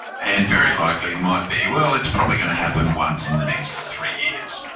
and very likely might be, well, it's probably going to happen once in the next three years.